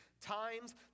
times